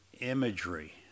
imagery